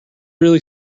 really